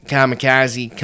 Kamikaze